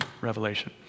revelation